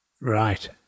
Right